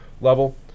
level